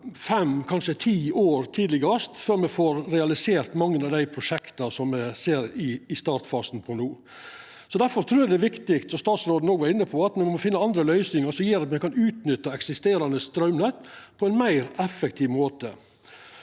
det gå fem og kanskje ti år, minst, før me får realisert mange av dei prosjekta me ser startfasen på no. Difor trur eg det er viktig, som statsråden òg var inne på, at me finn andre løysingar som gjer at me kan utnytta eksisterande straumnett på ein meir effektiv måte.